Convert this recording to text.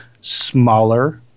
smaller